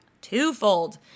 twofold